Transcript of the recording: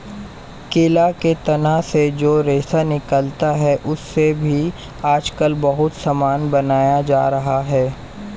केला के तना से जो रेशा निकलता है, उससे भी आजकल बहुत सामान बनाया जा रहा है